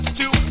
two